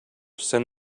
send